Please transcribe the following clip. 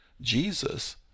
Jesus